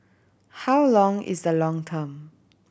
how long is the long term